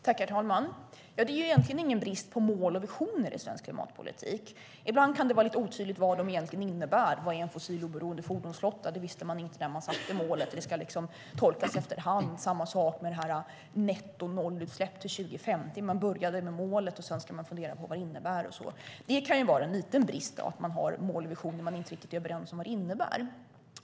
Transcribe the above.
Herr talman! Det är egentligen ingen brist på mål och visioner i svensk klimatpolitik, men ibland kan det vara lite otydligt vad de egentligen innebär. Vad är en fossiloberoende fordonsflotta? Det visste man inte när man satte upp målet. Det ska liksom tolkas efter hand. Det var samma sak med nettonollutsläpp till 2050. Man började med målet, och sedan ska man fundera på vad det innebär. Det kan vara en liten brist att man har målvisioner som man inte riktigt är överens om vad de innebär.